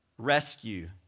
Rescue